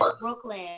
Brooklyn